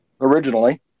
originally